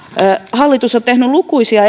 hallitus on tehnyt lukuisia